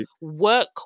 work